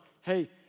hey